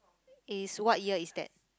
is what year is that